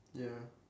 ya